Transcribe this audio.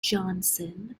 johnson